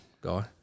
guy